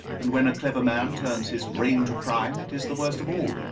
and when a clever man turns his brains to crime it is the worst of all.